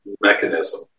mechanism